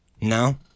No